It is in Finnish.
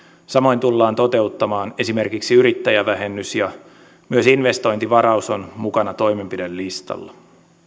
samoin tullaan toteuttamaan esimerkiksi yrittäjävähennys ja myös investointivaraus on mukana toimenpidelistalla